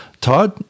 Todd